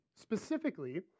Specifically